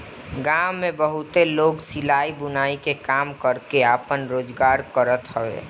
गांव में बहुते लोग सिलाई, बुनाई के काम करके आपन रोजगार करत हवे